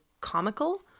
comical